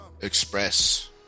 express